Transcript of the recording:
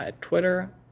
Twitter